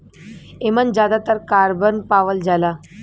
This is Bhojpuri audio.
एमन जादातर कारबन पावल जाला